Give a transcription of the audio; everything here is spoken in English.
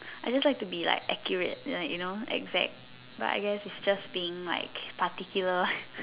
I just like to be like accurate ya you know exact but I guess it's just being like particular